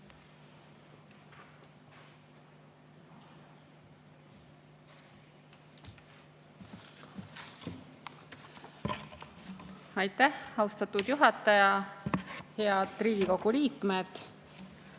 Aitäh, austatud juhataja! Head Riigikogu liikmed!